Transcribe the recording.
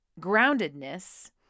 groundedness